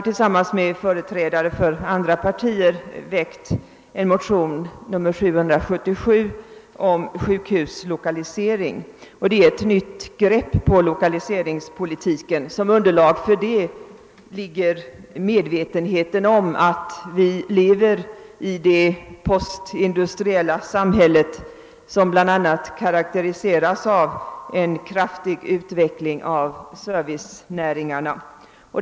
Tillsammans med företrädare för andra partier har jag väckt en motion, II: 777, om sjukhuslokalisering, och det innebär ett nytt grepp på lokaliserings politiken. Som underlag härför ligger medvetenheten om att vi lever i det postindustriella samhället, som bl.a. karaktäriseras av en kraftig utveckling av servicenäringarna.